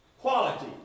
quality